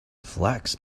flax